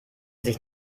sich